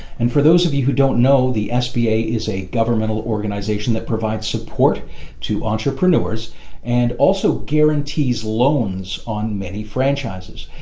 and for those of you who don't know the sba is a government organization that provides support to entrepreneurs and also guarantees loans on most franchises.